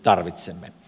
puhemies